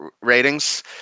ratings